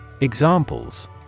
Examples